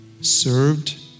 served